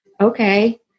okay